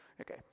Okay